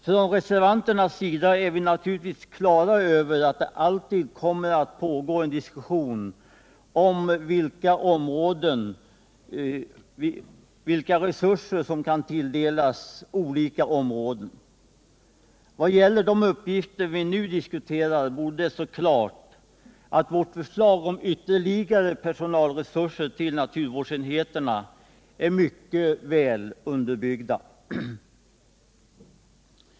Från reservanternas sida är vi naturligtvis klara över att det alltid kommer att pågå en diskussion om vilka resurser som kan tilldelas olika områden. Vad gäller de uppgifter vi nu diskuterar borde det stå klart att vårt förslag om ytterligare personalresurser till naturvårdsenheterna är mycket väl underbyggt.